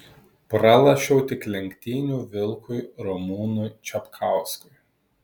pralošiau tik lenktynių vilkui ramūnui čapkauskui